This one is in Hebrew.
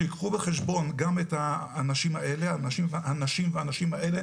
שייקחו בחשבון גם את האנשים והנשים האלה,